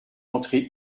entré